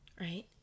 right